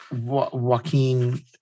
Joaquin